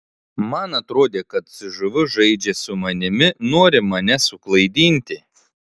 man atrodė kad cžv žaidžia su manimi nori mane suklaidinti